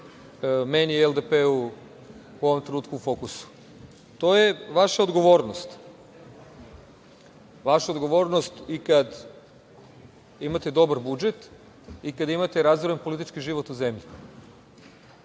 meni i LDP u ovom trenutku u fokusu, to je vaša odgovornost. Vaša odgovornost i kad imate dobar budžet i kada imate razoran politički život u zemlji.